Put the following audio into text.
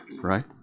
right